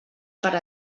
per